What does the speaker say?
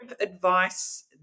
advice